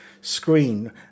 screen